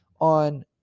on